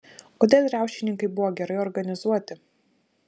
kodėl riaušininkai buvo gerai organizuoti